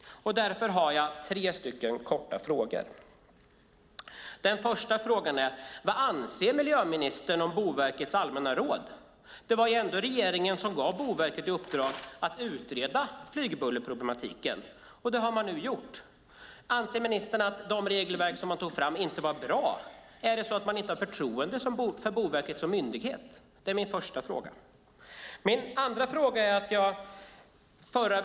Därför har jag tre korta frågor. Den första frågan är: Vad anser miljöministern om Boverkets allmänna råd? Det var ändå regeringen som gav Boverket i uppdrag att utreda flygbullerproblematiken, och det har man nu gjort. Anser ministern att de regelverk som man tog fram inte var bra? Finns det inte förtroende för Boverket som myndighet? Det är min första fråga. Sedan kommer min andra fråga.